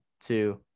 two